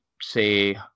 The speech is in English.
say